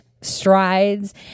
strides